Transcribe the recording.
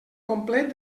complet